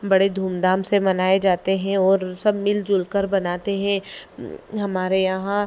बड़े धूमधाम से मनाए जाते हैं और सब मिलजुल कर बनाते हैं हमारे यहाँ